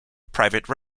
private